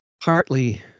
partly